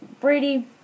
Brady